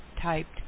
typed